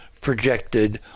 projected